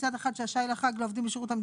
חישוב לפי גובה השי לחג העומד על 234.56 שקלים